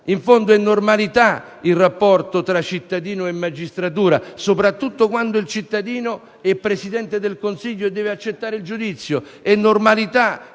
In fondo è normalità il rapporto tra cittadino e magistratura, e quando il cittadino è Presidente del Consiglio a maggior ragione deve accettare il giudizio; è normalità